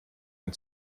ein